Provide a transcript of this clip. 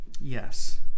Yes